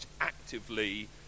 actively